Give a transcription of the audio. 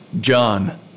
John